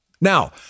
Now